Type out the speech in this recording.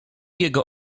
jego